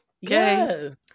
Yes